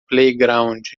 playground